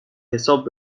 حساب